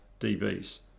dBs